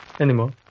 anymore